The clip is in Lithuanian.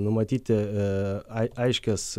numatyti aiškias